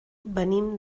venim